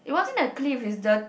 it wasn't a cliff is the